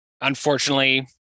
unfortunately